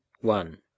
one